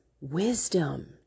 wisdom